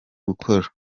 gukora